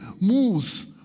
moves